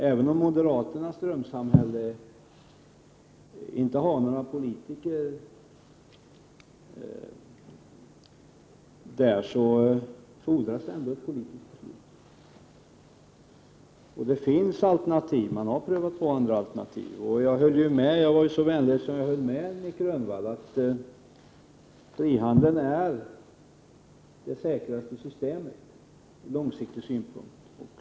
Även om moderaternas drömsamhälle inte har några politiker i den positionen, fordras ändå ett politiskt beslut. Det finns andra alternativ som har prövats. Jag var ju så vänlig att jag höll med Nic Grönvall om att frihandeln långsiktigt är det säkraste systemet.